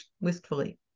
wistfully